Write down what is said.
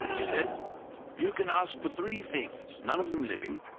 he said you can ask for three things, none of them living,